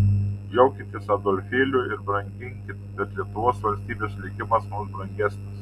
džiaukitės adolfėliu ir branginkit bet lietuvos valstybės likimas mums brangesnis